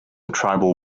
tribal